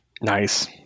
Nice